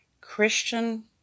Christian